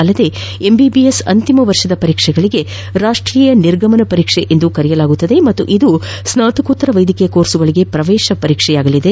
ಅಲ್ಲದೆ ಎಂಬಿಬಿಎಸ್ನ ಅಂತಿಮ ವರ್ಷದ ಪರೀಕ್ಷೆಗಳಿಗೆ ರಾಷ್ಟೀಯ ನಿರ್ಗಮನ ಪರೀಕ್ಷೆ ಎಂದು ಹೆಸರಾಗಲಿದೆ ಮತ್ತು ಇದು ಸ್ನಾತಕೋತ್ತರ ವೈದ್ಯಕೀಯ ಕೋರ್ಸ್ಗಳಿಗೆ ಪ್ರವೇಶ ಪರೀಕ್ಷೆಯಾಗಲಿದೆ